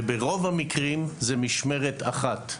וברוב המקרים זאת משמרת אחת.